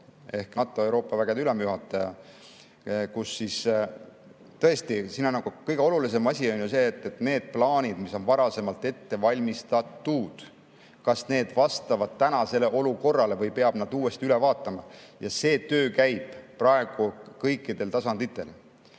ehk NATO Euroopa vägede ülemjuhataja. Tõesti, siin on kõige olulisem asi ju see, et kas need plaanid, mis on varasemalt ette valmistatud, vastavad tänasele olukorrale või peab need uuesti üle vaatama. See töö käib praegu kõikidel tasanditel.